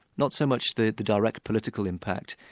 not so much the the direct political impact,